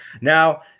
Now